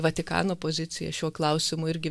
vatikano pozicija šiuo klausimu irgi